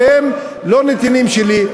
והם לא נתינים שלי.